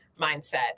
mindset